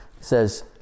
says